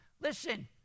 listen